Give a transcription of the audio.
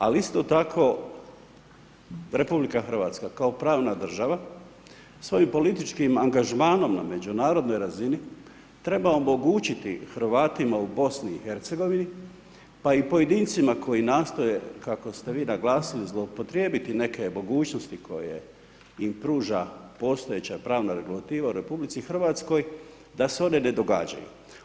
Ali istko tako RH kao pravna država svojim političkim angažmanom na međunarodnoj razini treba omogućiti Hrvatima u BiH pa i pojedincima koji nastoje kako ste vi naglasili zloupotrijebiti neke mogućnosti koje im pruža postojeća pravna regulativa u RH da se one ne događaju.